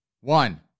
one